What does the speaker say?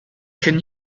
can